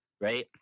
right